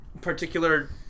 particular